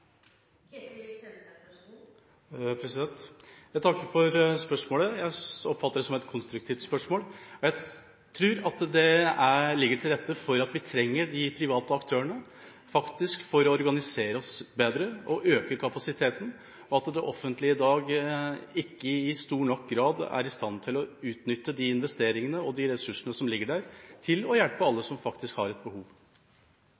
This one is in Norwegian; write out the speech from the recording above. Jeg takker for spørsmålet. Jeg oppfatter det som et konstruktivt spørsmål. Jeg tror det ligger til rette for at vi trenger de private aktørene for å organisere oss bedre og øke kapasiteten, og at det offentlige i dag ikke i stor nok grad er i stand til å utnytte de investeringene og de ressursene som ligger der, til å hjelpe